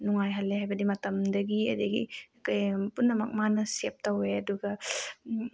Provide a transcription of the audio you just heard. ꯅꯨꯡꯉꯥꯏꯍꯜꯂꯦ ꯍꯥꯏꯕꯗꯤ ꯃꯇꯝꯗꯒꯤ ꯑꯗꯒꯤ ꯀꯩ ꯄꯨꯝꯅꯃꯛ ꯃꯥꯅ ꯁꯦꯞ ꯇꯧꯋꯦ ꯑꯗꯨꯒ